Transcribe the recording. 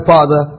Father